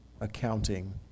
accounting